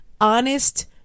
honest